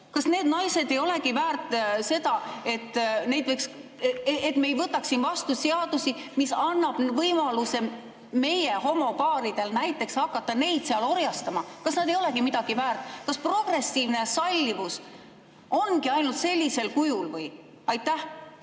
Kas need naised ei olegi väärt seda, et me ei võtaks siin vastu seadusi, mis annavad võimaluse meie homopaaridel näiteks hakata neid seal orjastama? Kas nad ei olegi midagi väärt? Kas progressiivne sallivus ongi ainult sellisel kujul või? Aitäh,